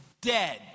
dead